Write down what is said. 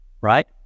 right